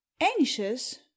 anxious